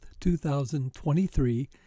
2023